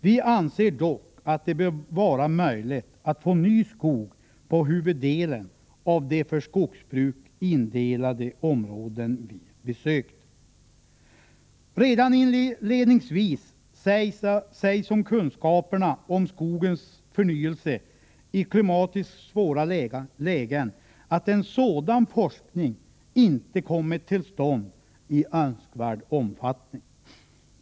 ”Vi anser dock att det bör vara möjligt att få ny skog på huvuddelen av de för skogsbruk indelade områden vi besökt.” Redan inledningsvis sägs det om kunskaperna om skogens förnyelse i klimatiskt svåra lägen att en sådan forskning inte kommit till stånd i önskvärd omfattning.